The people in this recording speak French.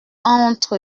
entre